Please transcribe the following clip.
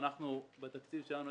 בתקציב שלנו,